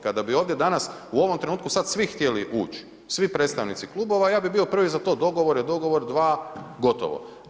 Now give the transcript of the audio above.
Kada bi ovdje danas u ovom trenutku svi htjeli ući, svi predstavnici klubova, ja bi bio prvi za to, dogovor je dogovor, dva, gotovo.